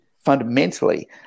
fundamentally